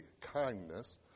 kindness